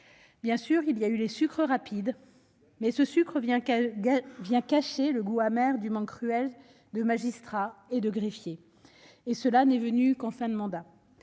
Bien sûr, il y a eu les « sucres rapides », mais ils sont venus cacher le goût amer du manque cruel de magistrats et de greffiers. Et ils ne sont venus qu'en fin de mandat